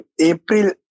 April